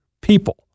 people